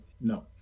No